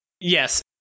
Yes